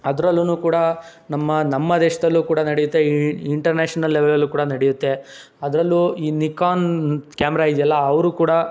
ಅದ್ರಲ್ಲೂ ಕೂಡ ನಮ್ಮ ನಮ್ಮ ದೇಶದಲ್ಲೂ ಕೂಡ ನಡೆಯುತ್ತೆ ಈ ಇ ಇಂಟರ್ನ್ಯಾಷನಲ್ ಲೆವೆಲಲ್ಲೂ ಕೂಡ ನಡೆಯುತ್ತೆ ಅದರಲ್ಲೂ ಈ ನಿಕೋನ್ ಕ್ಯಾಮ್ರಾ ಇದೆಯಲ್ಲ ಅವರೂ ಕೂಡ